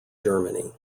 germany